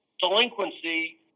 delinquency